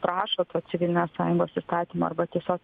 prašo to civilinės sąjungos įstatymo arba tiesiog